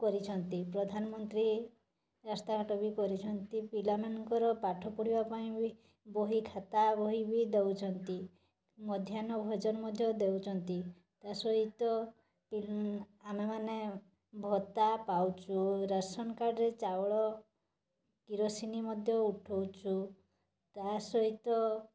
କରିଛନ୍ତି ପ୍ରଧାନମନ୍ତ୍ରୀ ରାସ୍ତାଘାଟ ବି କରିଛନ୍ତି ପିଲାମାନଙ୍କର ପାଠ ପଢ଼ିବା ପାଇଁ ବି ବହି ଖାତା ବହି ବି ଦେଉଛନ୍ତି ମାଧ୍ୟାନ୍ନ ଭୋଜନ ମଧ୍ୟ ଦେଉଛନ୍ତି ତା'ସହିତ ଆମେ ମାନେ ଭତ୍ତା ପାଉଛୁ ରାସନ କାର୍ଡ଼ରେ ଚାଉଳ କିରୋସିନି ମଧ୍ୟ ଉଠଉଛୁ ତା'ସହିତ